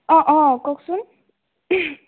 অ অ কওকচোন